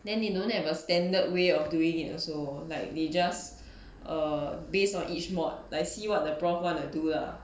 then you don't have a standard way of doing it also like they just err based on each mod like see what the prof want to do lah